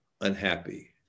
unhappy